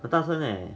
很大声 leh